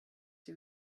sie